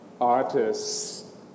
artists